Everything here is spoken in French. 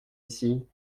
ici